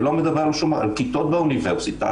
אני מדבר על כיתות באוניברסיטה,